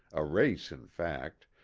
a race in fact,